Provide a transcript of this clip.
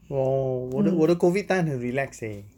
oh 我的我的 COVID time 很 relax eh